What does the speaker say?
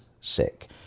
sick